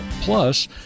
Plus